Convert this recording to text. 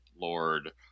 lord